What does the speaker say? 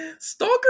Stalker